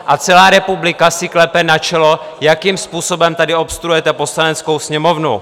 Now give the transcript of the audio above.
A celá republika si klepe na čelo, jakým způsobem tady obstruujete Poslaneckou sněmovnu.